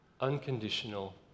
unconditional